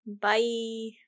Bye